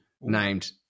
named